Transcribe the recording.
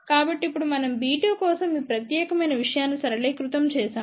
కాబట్టి ఇప్పుడు మనం b2 కోసం ఈ ప్రత్యేకమైన విషయాన్ని సరళీకృతం చేసాము